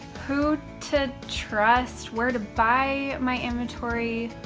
who to trust, where to buy my inventory,